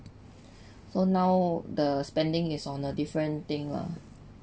so now the spending is on a different thing lah